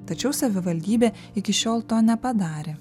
tačiau savivaldybė iki šiol to nepadarė